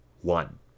one